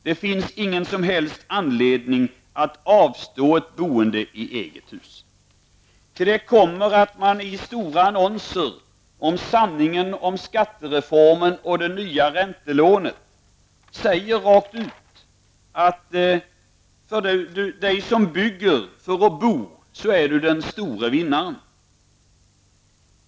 Det finns ingen som helst anledning att avstå från ett boende i eget hus. Till det kommer att man i stora annonser om sanningen om skattereformen och det nya räntelånet säger rakt ut: Du som bygger för att bo är den store vinnaren.